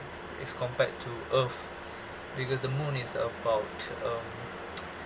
as compared to earth because the moon is about um